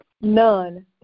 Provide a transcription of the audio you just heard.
none